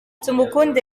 tumukunde